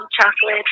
chocolate